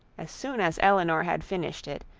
as soon as elinor had finished it,